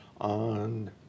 on